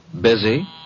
Busy